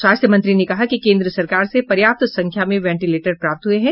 स्वास्थ्य मंत्री ने कहा कि केन्द्र सरकार से पर्याप्त संख्या में वेंटीलेटर प्राप्त हुये हैं